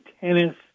tennis